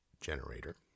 generator